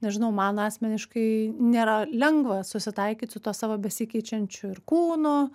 nežinau man asmeniškai nėra lengva susitaikyt su tuo savo besikeičiančiu ir kūnu